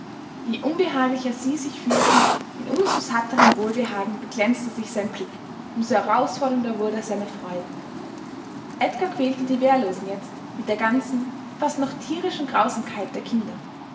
je unbehaglicher sie sich fühlten in um so satterem wohlbehagen beglänzte sich sein blick um so herausfordernder wurde seine freude edgar quälte die wehrlosen jetzt mit der ganzen fast noch tierischen grausamkeit der kinder